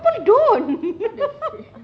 some people don't